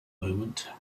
moment